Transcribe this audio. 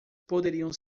poderiam